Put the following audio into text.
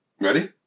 ready